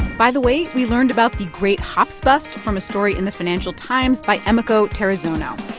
by the way, we learned about the great hops bust from a story in the financial times by emiko terazono.